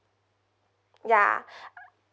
ya